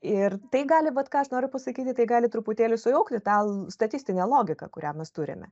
ir tai gali vat ką aš noriu pasakyti tai gali truputėlį sujaukti tą statistinę logiką kurią mes turime